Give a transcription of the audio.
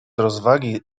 rozwagi